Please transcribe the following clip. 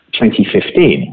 2015